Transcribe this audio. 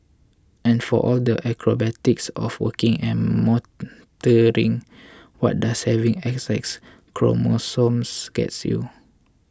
and for all the acrobatics of working and mothering what does having X X chromosomes gets you